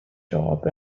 job